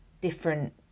different